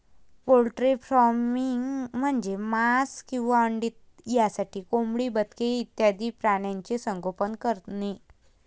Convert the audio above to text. poultry farming म्हणजे मांस किंवा अंडी यासाठी कोंबडी, बदके इत्यादी प्राण्यांचे संगोपन करणे